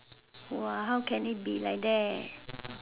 !wah! how can it be like that